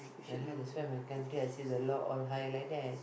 ya lah that's why my country I say the law all high like that